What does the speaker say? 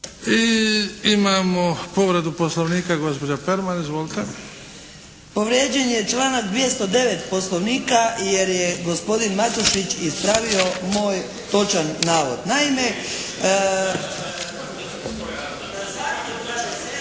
I imamo povredu Poslovnika, gospođa Perman. Izvolite. **Perman, Biserka (SDP)** Povrijeđen je članak 209. Poslovnika jer je gospodin Matušić ispravio moj točan navod. Naime,